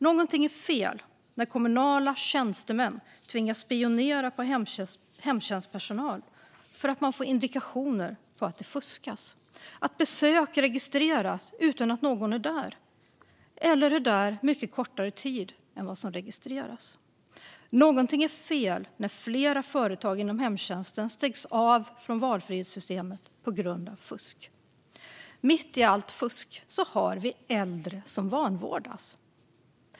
Någonting är fel när kommunala tjänstemän tvingas spionera på hemtjänstpersonal för att man får indikationer på att det fuskas, att besök registreras utan att någon är där eller är där mycket kortare tid än vad som registreras. Någonting är fel när flera företag inom hemtjänsten stängs av från valfrihetssystemet på grund av fusk. Mitt i allt fusk finns äldre som vanvårdas.